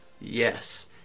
Yes